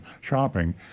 shopping